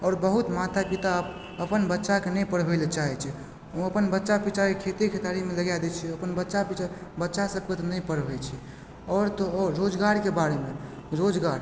आओर बहुत माता पिता अपन बच्चाके नहि पढ़बय लए चाहय छै ओ अपन बच्चा कुच्चाके खेती पथारीमे लगा दै छै अपन बच्चा कूचा बच्चा सबके नहि पढ़बय छै आओर तऽ आओर रोजगारके बारेमे रोजगार